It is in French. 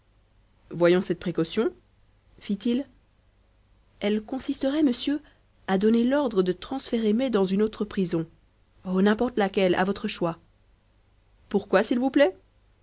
voyons cette précaution fit-il elle consisterait monsieur à donner l'ordre de transférer mai dans une autre prison oh n'importe laquelle à votre choix pourquoi s'il vous plaît